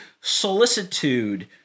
solicitude